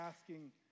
asking